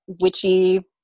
witchy